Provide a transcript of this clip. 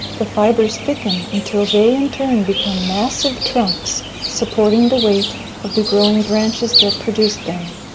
the fibers thicken until they in turn become massive trunks supporting the weight of the growing branches that produced them.